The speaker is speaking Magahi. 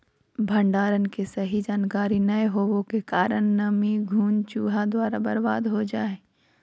भंडारण के सही जानकारी नैय होबो के कारण नमी, घुन, चूहा द्वारा बर्बाद हो जा हइ